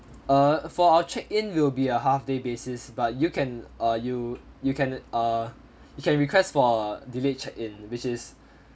err for our check in will be a half day basis but you can uh you you can err you can request for delayed check in which is